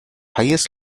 highest